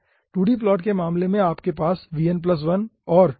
2d plot के मामले में आपके पास vn1 और vn है